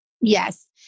Yes